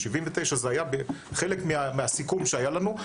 ב-79' זה היה חלק מהסיכום שהיה לנו.